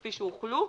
כפי שהוחלו.